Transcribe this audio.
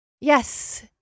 Yes